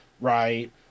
right